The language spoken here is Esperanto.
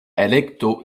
elekto